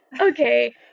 Okay